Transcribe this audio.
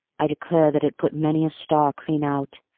i declare that it put many a star clean out,